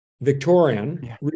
Victorian